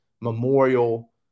memorial